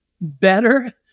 better